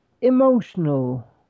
emotional